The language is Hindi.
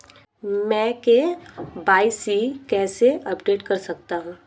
मैं के.वाई.सी कैसे अपडेट कर सकता हूं?